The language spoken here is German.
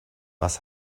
was